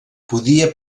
podia